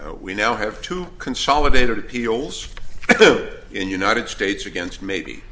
we now have two consolidated appeals in united states against maybe